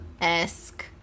esque